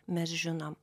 mes žinom